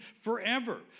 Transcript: forever